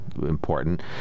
important